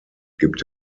gibt